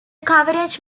coverage